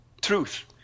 truth